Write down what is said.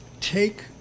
take